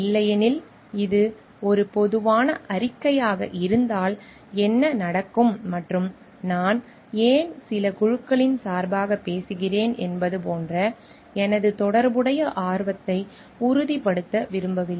இல்லையெனில் இது ஒரு பொதுவான அறிக்கையாக இருந்தால் என்ன நடக்கும் மற்றும் நான் ஏன் சில குழுக்களின் சார்பாக பேசுகிறேன் என்பது போன்ற எனது தொடர்புடைய ஆர்வத்தை உறுதிப்படுத்த விரும்பவில்லை